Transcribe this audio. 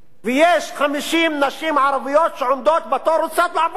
ויש 50 נשים ערביות שעומדות בתור, רוצות לעבוד.